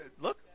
look